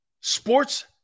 Sports